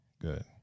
Good